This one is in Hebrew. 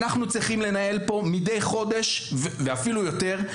אנחנו צריכים לנהל פה מידי חודש ואפילו יותר,